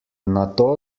nato